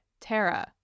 Tara